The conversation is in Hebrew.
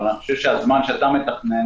אני חושב שהזמן שאתה מבקש,